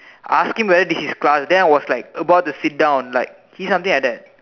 I ask him whether is his class then I was like about to sit down like is something like that